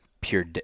pure –